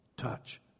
touch